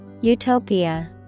Utopia